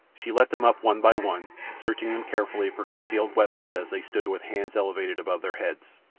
she let them up one by one, searching them carefully for concealed weapons as they stood with hands elevated above their heads.